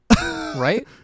right